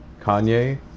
Kanye